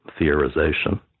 theorization